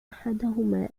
أحدهما